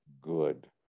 good